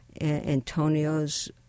Antonio's